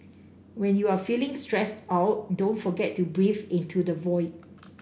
when you are feeling stressed out don't forget to breathe into the void